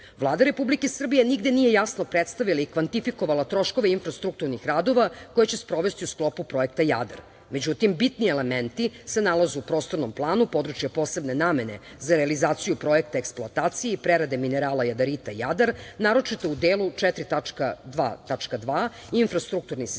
Jadar. Vlada Republike Srbije nigde nije jasno predstavila i kvantifikovala troškove infrastrukturnih radova koje će sprovesti u sklopu projekta Jadar.Međutim, bitni elementi se nalaze u Prostornom planu područja posebne namene za realizaciju projekta eksploatacije i prerade minerala jadarita Jadar, naročito u delu 4.2.2 infrastrukturni sistemi.